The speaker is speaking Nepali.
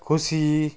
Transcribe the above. खुसी